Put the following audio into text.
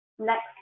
Next